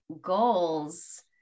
goals